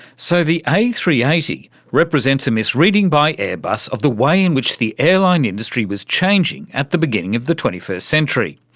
so the a three eight zero represents a misreading by airbus of the way in which the airline industry was changing at the beginning of the twenty first century.